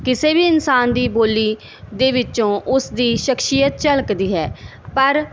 ਕਿਸੇ ਵੀ ਇਨਸਾਨ ਦੀ ਬੋਲੀ ਦੇ ਵਿੱਚੋਂ ਉਸ ਦੀ ਸਖਸ਼ੀਅਤ ਝਲਕਦੀ ਹੈ ਪਰ